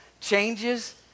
changes